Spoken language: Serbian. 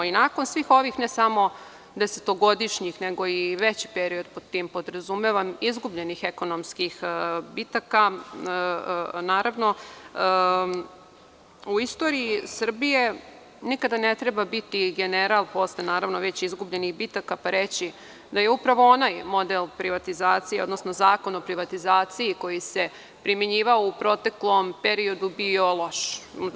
Nakon svih ovih ne samo desetogodišnjih, nego i veći period pod tim podrazumevam, izgubljenih ekonomskih bitaka, naravno, u istoriji Srbije nikad ne treba biti general posle već izgubljenih bitaka, pa reći da je upravo onaj model privatizacije, odnosno Zakon o privatizaciji koji se primenjivao u proteklom periodu bio loš.